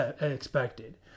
expected